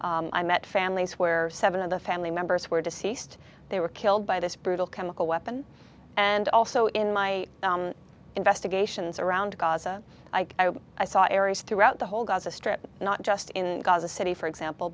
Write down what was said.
i met families where seven of the family members were deceased they were killed by this brutal chemical weapon and also in my investigations around gaza i saw areas throughout the whole gaza strip not just in gaza city for example